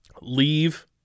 leave